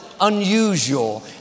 unusual